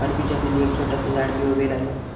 अरबी चमेली एक छोटासा झाड किंवा वेल असा